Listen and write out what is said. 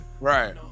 Right